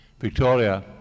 Victoria